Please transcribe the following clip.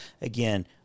again